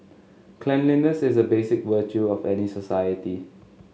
cleanliness is a basic virtue of any society